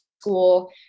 school